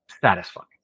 satisfying